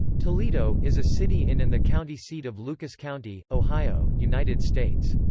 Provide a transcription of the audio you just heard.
toledo is a city in and the county seat of lucas county, ohio, united states.